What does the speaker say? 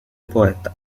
poeta